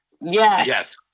Yes